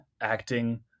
acting